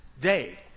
day